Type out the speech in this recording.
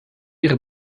ihre